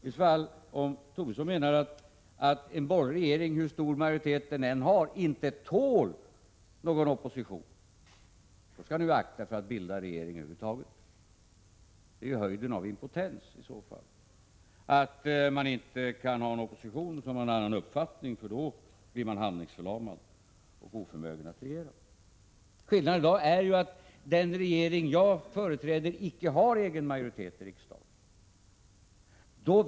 Om Lars Tobisson menar att en borgerlig regering, hur stor majoritet den än har, inte tål någon opposition, skall ni akta er för att bilda regering över huvud taget. Det är höjden av impotens, om man inte kan ha en opposition som har en annan uppfattning än man själv har, eftersom man då blir handlingsförlamad och oförmögen att regera. Skillnaden i dag är att den regering som jag företräder inte har någon egen majoritet i riksdagen.